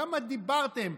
כמה דיברתם.